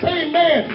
amen